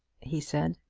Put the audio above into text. he said.